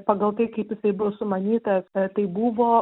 pagal tai kaip jisai buvo sumanytas tai buvo